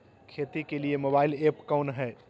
खेती के लिए मोबाइल ऐप कौन है?